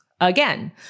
again